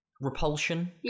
Repulsion